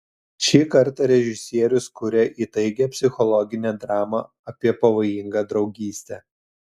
šį kartą režisierius kuria įtaigią psichologinę dramą apie pavojingą draugystę